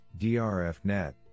DRFNet